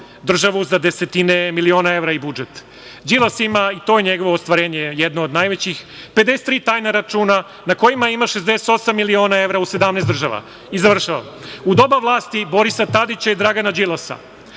državu za desetine miliona evra i budžet. Đilas ima ostvarenje jedno od najvećih, 53 tajna računa na kojima ima 68 miliona evra u 17 država. Završavam. U doba vlasti Borisa Tadića i Dragana Đilasa,